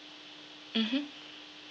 mmhmm